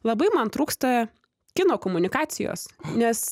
labai man trūksta kino komunikacijos nes